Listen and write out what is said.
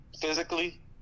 physically